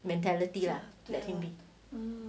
mentality lah let him be